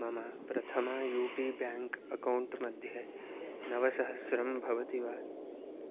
मम प्रथम U P bank account मध्ये नवसहस्रं भवति वा